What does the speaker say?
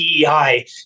DEI